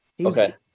Okay